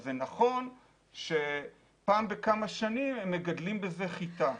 זה נכון שפעם בכמה שנים הם מגדלים שם חיטה.